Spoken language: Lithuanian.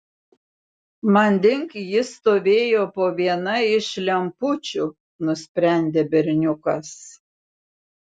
manding jis stovėjo po viena iš lempučių nusprendė berniukas